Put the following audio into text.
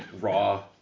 Raw